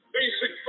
basic